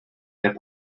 hip